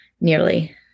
nearly